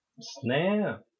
Snap